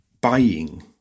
buying